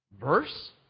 Verse